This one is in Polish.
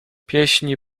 pieśni